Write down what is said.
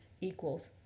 equals